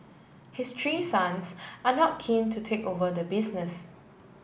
his three sons are not keen to take over the business